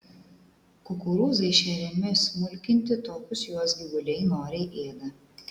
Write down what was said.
kukurūzai šeriami smulkinti tokius juos gyvuliai noriai ėda